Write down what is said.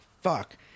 fuck